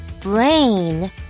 brain